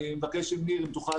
ניר, אני מבקש ממך להצטרף, אם תוכל.